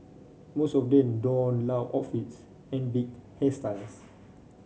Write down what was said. most of them donned loud outfits and big hairstyles